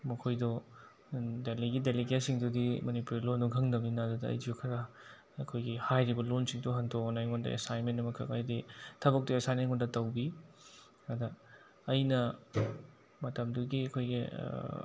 ꯃꯈꯣꯏꯗꯣ ꯗꯦꯜꯂꯤꯒꯤ ꯗꯦꯂꯤꯀꯦꯠꯁꯤꯡꯗꯨꯗꯤ ꯃꯅꯤꯄꯨꯔ ꯂꯣꯜꯗꯣ ꯈꯪꯗꯕꯅꯤꯅ ꯑꯗꯨꯗ ꯑꯩꯁꯨ ꯈꯔ ꯑꯩꯈꯣꯏꯒꯤ ꯍꯥꯏꯔꯤꯕ ꯂꯣꯜꯁꯤꯡꯗꯣ ꯍꯟꯗꯣꯛꯅ ꯑꯩꯉꯣꯟꯗ ꯑꯦꯁꯥꯏꯟꯃꯦꯟ ꯑꯃꯈꯛ ꯍꯥꯏꯕꯗꯤ ꯊꯕꯛꯇꯣ ꯑꯩꯉꯣꯟꯗ ꯑꯦꯁꯥꯏꯟ ꯑꯩꯉꯣꯟꯗ ꯇꯧꯕꯤ ꯑꯗ ꯑꯩꯅ ꯃꯇꯝꯗꯨꯒꯤ ꯑꯩꯈꯣꯏꯒꯤ